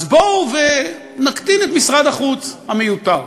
אז בואו ונקטין את משרד החוץ המיותר.